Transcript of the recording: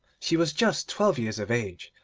she was just twelve years of age,